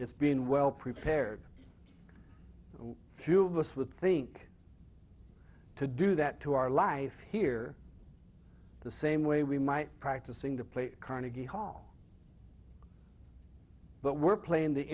it's been well prepared few of us would think to do that to our life here the same way we might practicing to play carnegie hall but we're playing the